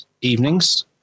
evenings